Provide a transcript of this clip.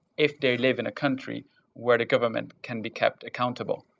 if they live in a country where the government can be kept accountable,